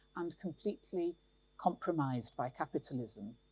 and completely compromised by capitalism.